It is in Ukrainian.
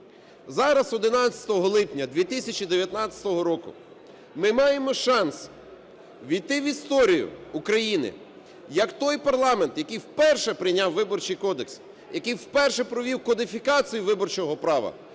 Зараз, 11 липня 2019 року, ми маємо шанс увійти в історію України як той парламент, який вперше прийняв Виборчий кодекс, який вперше провів кодифікацію виборчого права,